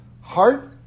heart